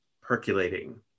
percolating